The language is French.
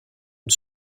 une